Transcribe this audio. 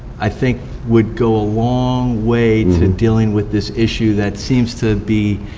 i think would go a long way to dealing with this issue that seems to be,